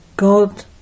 God